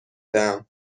دهم